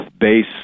base